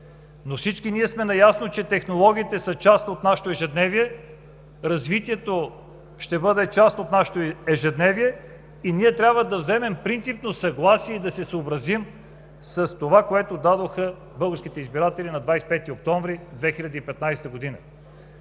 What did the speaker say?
Но всички ние сме наясно, че технологиите са част от нашето ежедневие, развитието ще бъде част от нашето ежедневие и ние трябва да вземем принципно съгласие и да се съобразим с това, което дадоха българските избиратели на 25 октомври 2015 г.